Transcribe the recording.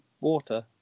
water